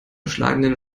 schlagenden